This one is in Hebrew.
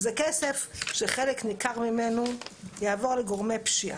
זה כסף שחלק ניכר ממנו יעבור לגורמי פשיעה,